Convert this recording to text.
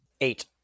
Eight